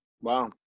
wow